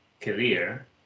career